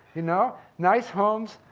you know? nice homes,